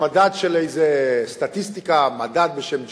במדד של איזה סטטיסטיקה, מדד בשם "ג'יני",